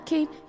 Keep